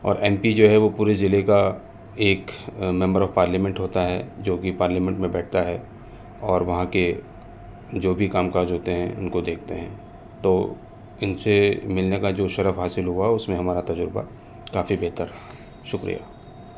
اور M P جو ہے وہ پورے ضلعے کا ایک ممبر آف پارلیمنٹ ہوتا ہے جوکہ پارلیمنٹ میں بیٹھتا ہے اور وہاں کے جو بھی کام کاج ہوتے ہیں ان کو دیکھتے ہیں تو ان سے ملنے کا جو شرف حاصل ہوا اس میں ہمارا تجربہ کافی بہتر رہا شکریہ